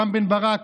רם בן ברק?